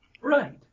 Right